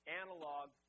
analog